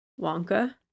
Wonka